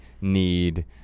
need